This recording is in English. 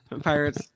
Pirates